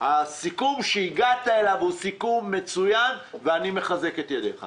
הסיכום שהגעת אליו מצוין ואני מחזק את ידיך